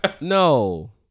No